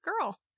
girl